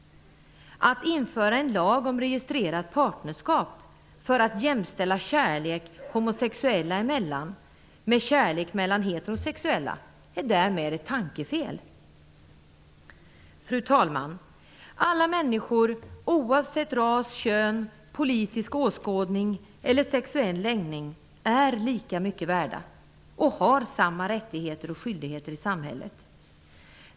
Att införa en lag om registrerat partnerskap för att jämställa kärlek homosexuella emellan med kärlek mellan heterosexuella är därmed ett tankefel. Fru talman! Alla människor, oavsett ras, kön, politisk åskådning eller sexuell läggning, är lika mycket värda och har samma rättigheter och skyldigheter i samhället.